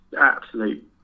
absolute